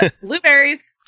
Blueberries